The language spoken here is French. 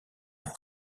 dans